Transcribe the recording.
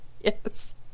Yes